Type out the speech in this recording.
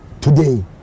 today